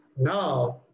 now